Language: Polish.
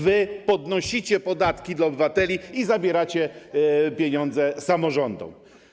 Wy podnosicie podatki dla obywateli i zabieracie pieniądze samorządom.